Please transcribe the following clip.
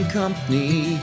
company